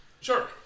sure